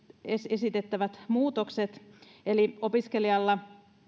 esitettävät muutokset eli opiskelijalla